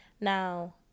Now